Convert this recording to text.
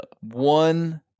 one